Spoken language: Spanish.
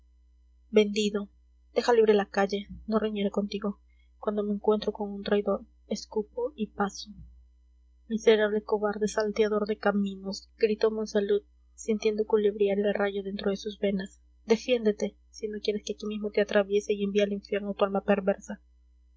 vendido deja libre la calle no reñiré contigo cuando me encuentro con un traidor escupo y paso miserable cobarde salteador de caminos gritó monsalud sintiendo culebrear el rayo dentro de sus venas defiéndete si no quieres que aquí mismo te atraviese y envíe al infierno tu alma perversa